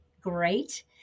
great